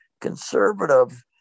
conservative